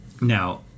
Now